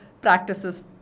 practices